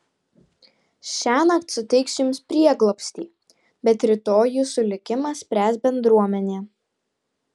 šiąnakt suteiksiu jums prieglobstį bet rytoj jūsų likimą spręs bendruomenė